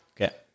Okay